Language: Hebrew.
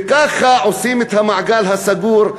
וככה עושים את המעגל הסגור,